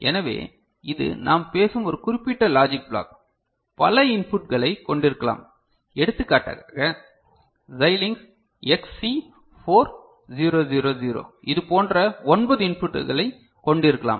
எனவே இது நாம் பேசும் ஒரு குறிப்பிட்ட லாஜிக் பிளாக் பல இன்புட்களைக் கொண்டிருக்கலாம் எடுத்துக்காட்டாக Xilinx XC4000 இதுபோன்ற ஒன்பது இன்புட்களைக் கொண்டிருக்கலாம்